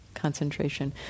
concentration